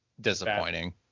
disappointing